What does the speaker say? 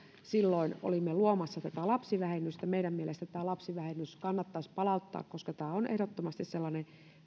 silloin olimme luomassa tätä lapsivähennystä ja meidän mielestämme lapsivähennys kannattaisi palauttaa koska tämä on ehdottomasti sellainen